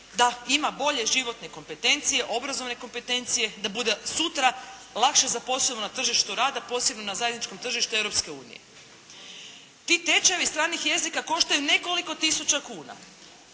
da ima bolje životne kompetencije, obrazovne kompetencije, da bude sutra lakše zaposleno na tržištu rada posebno na zajedničkom tržištu Europske unije. Ti tečajevi stranih jezika koštaju nekoliko tisuća kuna,